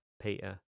peter